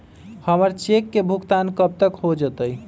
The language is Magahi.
हमर चेक के भुगतान कब तक हो जतई